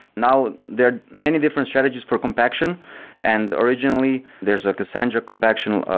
now, there are many different strategies for compaction and originally there's a cassandra compaction,